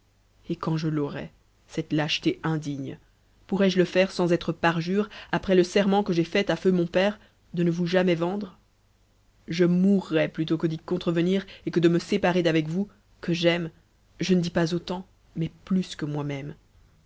et quand je l'aurais cette lâcheté indigne pourrais-je le faire sans être parjure après le serment que j'ai fait à feu mon père de ne vous jamais vendre je mourrais plutôt que d'y contrevenir et que de me séparer d'avec vous que j'aime je ne dis pas autant mais plus que moi-même